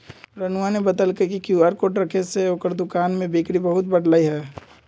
रानूआ ने बतल कई कि क्यू आर कोड रखे के वजह से ओकरा दुकान में बिक्री बहुत बढ़ लय है